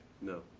No